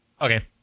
okay